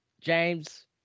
James